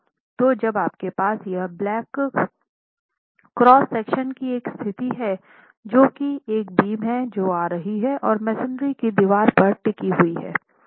तो जब आपके पास यह ब्लैक क्रॉस सेक्शन की एक स्थिति हैं जो कि एक बीम है जो आ रही है और मेसनरी की दीवार पर टिकी हुई हैं